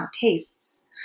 tastes